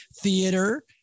theater